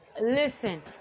listen